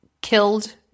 killed